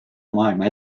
maailma